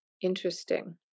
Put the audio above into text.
interesting